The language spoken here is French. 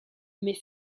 mais